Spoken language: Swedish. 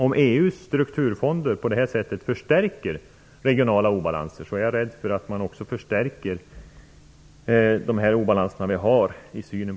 Om EU:s strukturfonder på detta sätt förstärker regionala obalanser är jag rädd för att de obalanser som finns i vår syn på EU också förstärks.